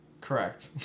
Correct